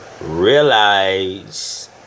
realize